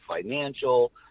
financial